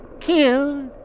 killed